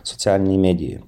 socialinėj medijoj